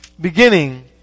beginning